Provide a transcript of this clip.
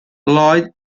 lloyd